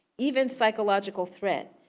even psychological threat,